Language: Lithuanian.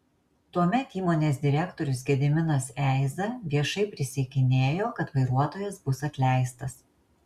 tuomet įmonės direktorius gediminas eiza viešai prisiekinėjo kad vairuotojas bus atleistas